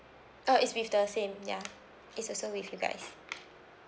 oh it's with the same ya it's also with you guys